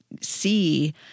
see